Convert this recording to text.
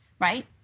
Right